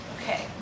Okay